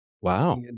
wow